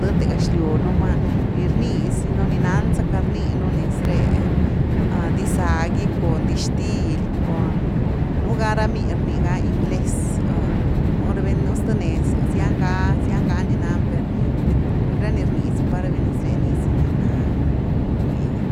dethe lo gexluw numá ni rnizi nú, ni nan zacka rninú nez re, diza gy cun dixtil cun nú ga ra miny rni ga ingles, nuu rabi nú zth nez, sian ga-sian ga ni nany per queity, ra ni rnii zipa ra bi nez ré nizy ni na ra ni bnie gy.